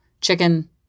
chicken